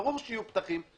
ברור שיהיו פתחים,